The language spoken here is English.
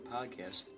Podcast